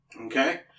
Okay